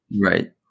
right